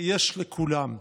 יש לכולם.